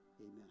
amen